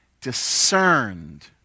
discerned